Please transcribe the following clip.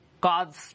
god's